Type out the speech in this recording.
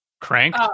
Crank